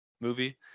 movie